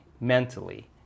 mentally